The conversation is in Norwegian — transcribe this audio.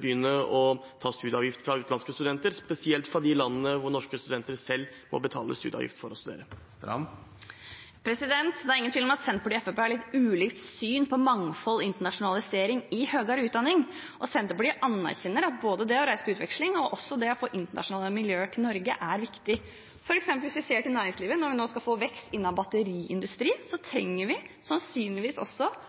begynne å ta studieavgift fra utenlandske studenter, spesielt fra de landene hvor norske studenter selv må betale studieavgift for å studere. Det er ingen tvil om at Senterpartiet og Fremskrittspartiet har litt ulikt syn på mangfold og internasjonalisering i høyere utdanning. Senterpartiet anerkjenner at både det å reise på utveksling og det å få internasjonale miljøer til Norge er viktig, f.eks. hvis vi ser til næringslivet: Når vi nå skal få vekst i batteriindustrien, trenger vi sannsynligvis